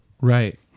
right